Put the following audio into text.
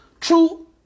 True